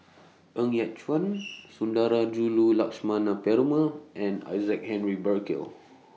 Ng Yat Chuan Sundarajulu Lakshmana Perumal and Isaac Henry Burkill